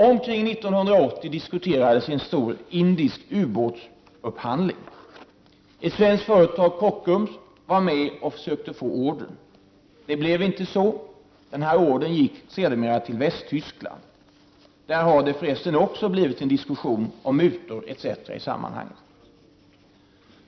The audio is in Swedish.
Omkring 1980 diskuterades en stor indisk u-båtsupphandling. Ett svenskt företag — Kockums — var med och försökte få ordern. Det blev inte så. Or dern gick sedermera till Västtyskland. Där har det förresten också blivit en diskussion om mutor etc. i sammanhanget.